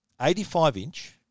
85-inch